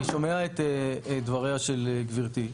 אני שומע את דבריה של גברתי.